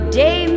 day